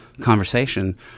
conversation